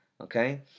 okay